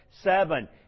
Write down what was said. Seven